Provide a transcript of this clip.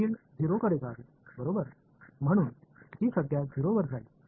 field 0 कडे जावे बरोबर म्हणून ही संज्ञा 0 वर जाईल